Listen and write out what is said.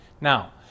Now